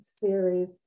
series